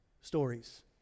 stories